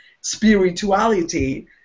spirituality